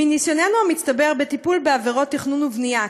מניסיוננו המצטבר בטיפול בעבירות תכנון ובנייה,